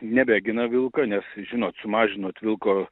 nebegina vilko nes žinot sumažinot vilko